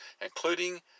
including